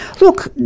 look